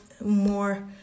more